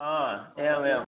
हा एवमेवम्